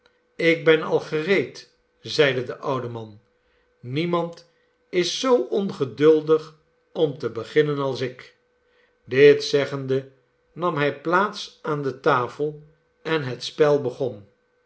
ik ben al gereed zeide de oude man niemand is zoo ongeduldig om te beginnen als ik dit zeggende nam hij plaats aan de tafel en het spel begon